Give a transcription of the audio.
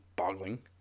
Boggling